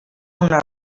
una